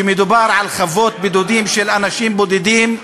כשמדובר על חוות בודדים של אנשים בודדים,